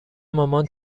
مامان